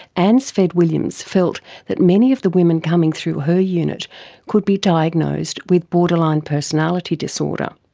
anne sved williams felt that many of the women coming through her unit could be diagnosed with borderline personality disorder.